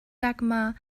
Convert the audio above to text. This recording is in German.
dagmar